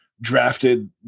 drafted